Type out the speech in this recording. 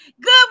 good